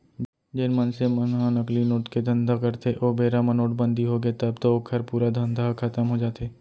जेन मनसे मन ह नकली नोट के धंधा करथे ओ बेरा म नोटबंदी होगे तब तो ओखर पूरा धंधा ह खतम हो जाथे